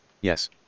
Yes